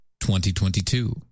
2022